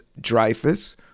Dreyfus